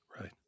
Right